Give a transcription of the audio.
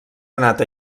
anat